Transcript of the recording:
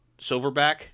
silverback